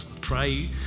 pray